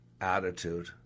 attitude